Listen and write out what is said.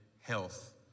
health